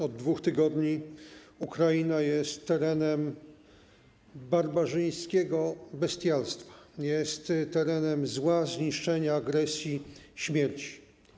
Od dwóch tygodni Ukraina jest terenem barbarzyńskiego bestialstwa, jest terenem zła, zniszczenia, agresji, śmierci.